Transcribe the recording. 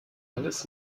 alles